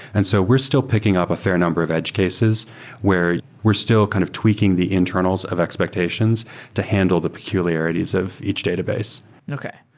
and so we're still picking up a fair number of edge cases where we're still kind of tweaking the internals of expectations to handle the peculiarities of each database okay.